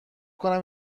کنم